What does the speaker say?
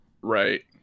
right